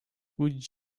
would